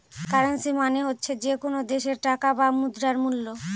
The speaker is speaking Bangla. কারেন্সি মানে হচ্ছে যে কোনো দেশের টাকা বা মুদ্রার মুল্য